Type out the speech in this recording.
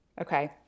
Okay